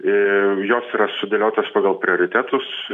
į jos yra sudėliotos pagal prioritetus